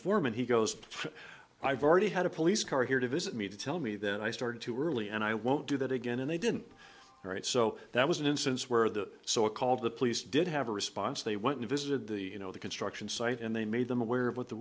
foreman he goes i've already had a police car here to visit me to tell me that i started too early and i won't do that again and they didn't right so that was an instance where the so called the police did have a response they went and visited the know the construction site and they made them aware of what the